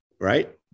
right